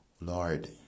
Lord